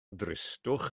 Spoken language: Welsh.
dristwch